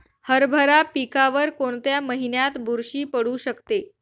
हरभरा पिकावर कोणत्या महिन्यात बुरशी पडू शकते?